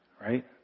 right